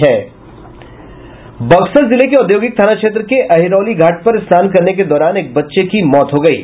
बक्सर जिले के औद्योगिक थाना क्षेत्र के अहिरौली घाट पर स्नान करने के दौरान एक बच्चे की मौत हो गयी